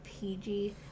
PG